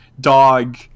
dog